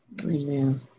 Amen